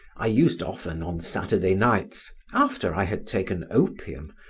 i used often on saturday nights, after i had taken opium,